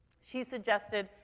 she suggested,